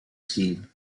scheme